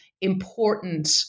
important